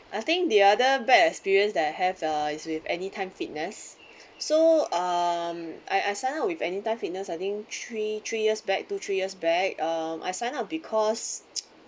I think the other bad experience that I have uh it's with anytime fitness so um I I signed up with anytime fitness I think three three years back two three years back um I signed up because